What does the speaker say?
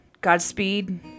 Godspeed